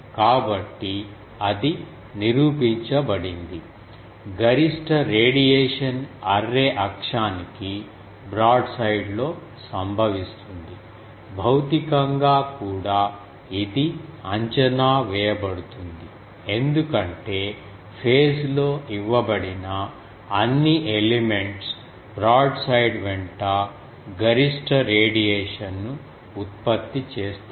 కాబట్టి అది నిరూపించబడింది గరిష్ట రేడియేషన్ అర్రే అక్షానికి బ్రాడ్సైడ్లో సంభవిస్తుంది భౌతికంగా కూడా ఇది అంచనా వేయబడుతుంది ఎందుకంటే ఫేజ్ లో ఇవ్వబడిన అన్ని ఎలిమెంట్స్ బ్రాడ్సైడ్ వెంట గరిష్ట రేడియేషన్ను ఉత్పత్తి చేస్తాయి